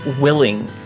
willing